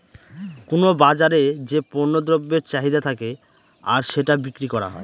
কোনো বাজারে যে পণ্য দ্রব্যের চাহিদা থাকে আর সেটা বিক্রি করা হয়